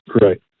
Right